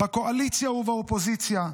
בקואליציה ובאופוזיציה,